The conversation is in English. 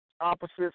opposites